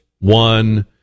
one